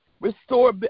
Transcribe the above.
restore